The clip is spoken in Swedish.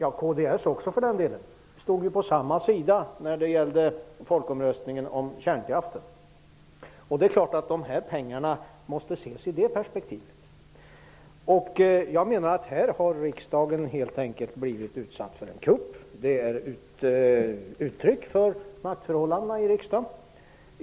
Centern och för den delen också kds stod på samma sida i folkomröstningen om kärnkraften, och det är klart att dessa pengar måste ses i detta perspektiv. Jag menar att riksdagen här helt enkelt har blivit utsatt för en kupp. Den är ett uttryck för maktförhållandena i riksdagen.